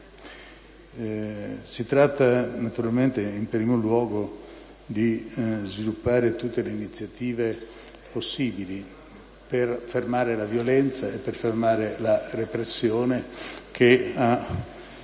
Si tratta naturalmente, in primo luogo, di sviluppare tutte le iniziative possibili per fermare la violenza e la repressione, che ha